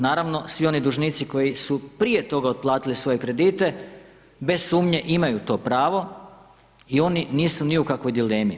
Naravno, svi oni dužnici koji su prije toga otplatili svoje kredite, bez sumnje imaju to pravo i oni nisu ni u kakvoj dilemi.